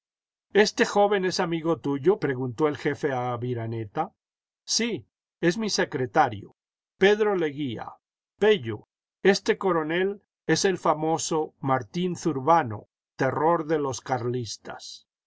este joven es amigo tuyo preguntó el jefe a aviraneta sí es mi secretario pedro leguía pello este coronel es el famoso martín zurbano terror de los carlistas